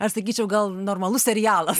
aš sakyčiau gal normalus serialas